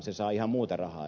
se saa ihan muuta rahaa